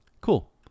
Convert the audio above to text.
cool